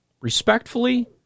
respectfully